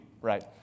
right